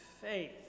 faith